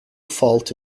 fault